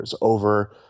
over